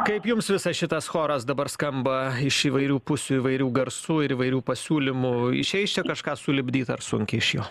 kaip jums visas šitas choras dabar skamba iš įvairių pusių įvairių garsų ir įvairių pasiūlymų išeis čia kažką sulipdyt ar sunkiai iš jo